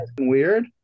weird